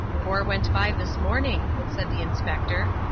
four went by this morning, said the inspector,